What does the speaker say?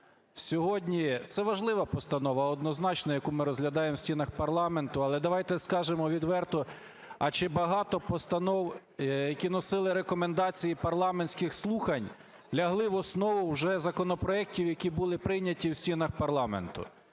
Сьогодні… Це важлива постанова, однозначно, яку ми розглядаємо в стінах парламенту. Але давайте скажемо відверто, а чи багато постанов, які носили рекомендації парламентських слухань, лягли в основу вже законопроектів, які були прийняті в стінах парламенту?